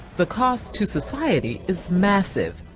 the cost to society is massive.